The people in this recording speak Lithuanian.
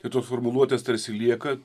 tai tos formuluotės tarsi lieka